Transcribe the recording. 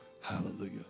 Hallelujah